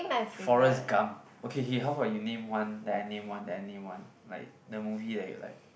Forrest-Gump okay okay how about you name one then I name one then I name one like the movie that you like